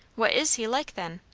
what is he like, then?